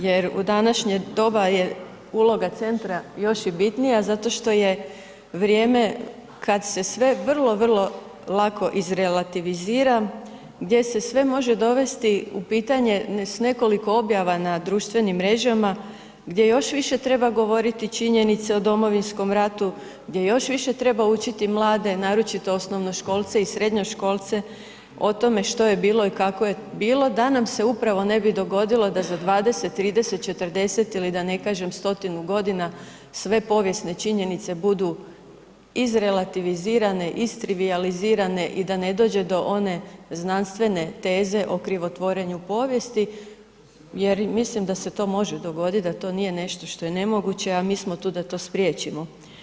Jer u današnje doba je uloga centra još i bitnija zato što je vrijeme kad se sve vrlo, vrlo lako iz relativizira, gdje se sve može dovesti u pitanje s nekoliko objava na društvenim mrežama gdje još više treba govoriti činjenice o Domovinskom ratu, gdje još više treba učiti mlade naročito osnovnoškolce i srednjoškolce o tome što je bilo i kako je bilo da nam se upravo ne bi dogodilo da za 20, 30, 40 ili da ne kažem 100-tinu godina sve povijesne činjenice budu iz relativizirane, iz trivijalizirane i da ne dođe do one znanstvene teze o krivotvorenju povijesti jer mislim da se to može dogoditi da to nije nešto što je nemoguće, a mi smo tu da to spriječimo.